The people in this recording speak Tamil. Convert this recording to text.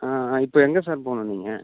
ஆ ஆ இப்போது எங்கே சார் போகணும் நீங்கள்